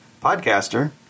podcaster